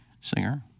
Singer